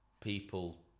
people